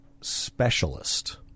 Specialist